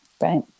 right